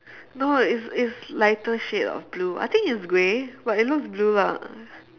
no it's it's lighter shade of blue I think it's grey but it looks blue lah